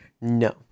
no